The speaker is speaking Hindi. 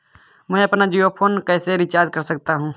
मैं अपना जियो फोन कैसे रिचार्ज कर सकता हूँ?